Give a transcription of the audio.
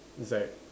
it's like